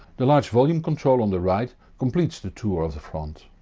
the large volume control on the right completes the tour of the front.